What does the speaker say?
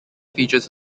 features